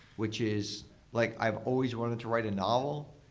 which is like i've always wanted to write a novel.